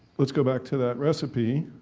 let's go back to that recipe